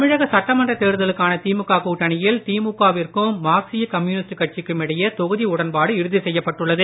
தமிழக சட்டமன்ற தேர்தலுக்கான திமுக கூட்டணியில் திமுக விற்கும் மார்க்சீய கம்யூனிஸ்ட் கட்சிக்கும் இடையே தொகுதி உடன்பாடு இறுதி செய்யப்பட்டுள்ளது